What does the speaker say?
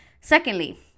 secondly